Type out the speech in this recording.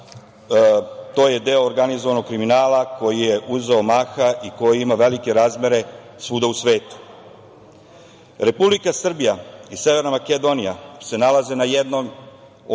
To je deo organizovanog kriminala koji je uzeo maha i koji ima velike razmere svuda u svetu. Republika Srbija i Severna Makedonija se nalaze na jednom od